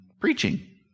preaching